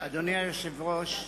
אדוני היושב-ראש,